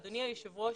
אדוני היושב ראש,